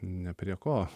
ne prie ko